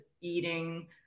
eating